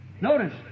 Notice